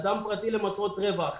אדם פרטי למטרות רווח,